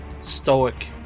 stoic